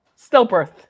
Stillbirth